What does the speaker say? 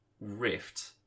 rift